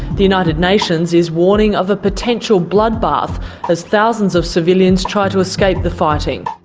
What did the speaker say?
the united nations is warning of a potential bloodbath as thousands of civilians try to escape the fighting.